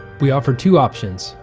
we offer two options,